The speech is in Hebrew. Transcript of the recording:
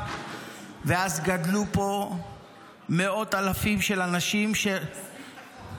ואז גדלו פה מאות אלפים של אנשים --- תסביר הכול.